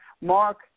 Mark